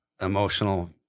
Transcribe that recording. emotional